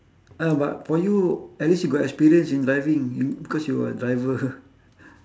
oh but for you at least you got experience in driving you because you are driver